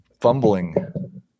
fumbling